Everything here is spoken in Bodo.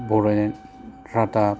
बड'लेण्ड रादाब